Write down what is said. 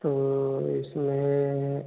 तो उसमें